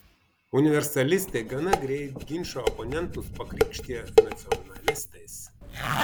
universalistai gana greit ginčo oponentus pakrikštija nacionalistais